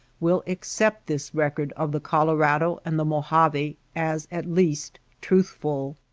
will accept this record of the colorado and the mojave as at least truthful.